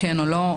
כן או לא.